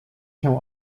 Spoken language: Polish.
się